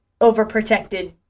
overprotected